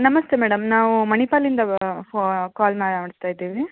ನಮಸ್ತೆ ಮೇಡಮ್ ನಾವು ಮಣಿಪಾಲಿಂದ ವ ಕಾಲ್ ಮಾಡ್ತಾಯಿದ್ದೀವಿ